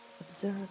Observe